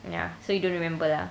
ya so you don't remember lah